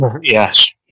yes